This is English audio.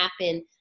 happen